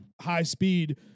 high-speed